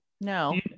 No